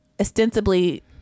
ostensibly